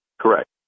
Correct